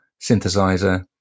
synthesizer